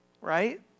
right